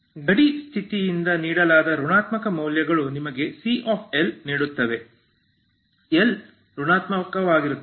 ಗಡಿ ಸ್ಥಿತಿಯಿಂದ ನೀಡಲಾದ ಋಣಾತ್ಮಕ ಮೌಲ್ಯಗಳು ನಿಮಗೆ c ನೀಡುತ್ತವೆ l ಋಣಾತ್ಮಕವಾಗಿರುತ್ತದೆ